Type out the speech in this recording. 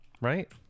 right